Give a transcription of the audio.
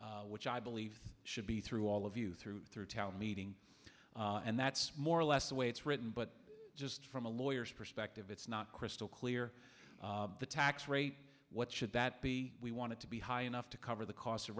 which i believe should be through all of you through through town meeting and that's more or less the way it's written but just from a lawyers perspective it's not crystal clear the tax rate what should that be we want it to be high enough to cover the cost of